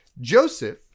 Joseph